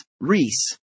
Reese